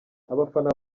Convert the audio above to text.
abafana